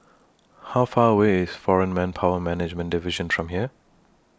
How Far away IS Foreign Manpower Management Division from here